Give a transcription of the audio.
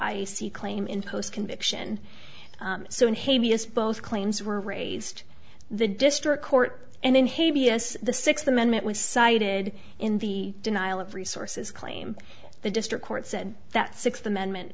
c claim in post conviction so in haiti as both claims were raised the district court and then hey vs the sixth amendment was cited in the denial of resources claim the district court said that sixth amendment